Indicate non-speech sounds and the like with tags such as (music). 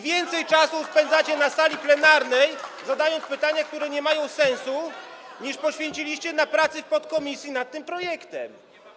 Więcej czasu spędzacie na sali plenarnej, zadając pytania, które nie mają sensu, (applause) niż poświęciliście na pracę w podkomisji nad tym projektem.